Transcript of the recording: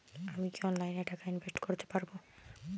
আমি কি অনলাইনে টাকা ইনভেস্ট করতে পারবো?